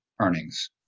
earnings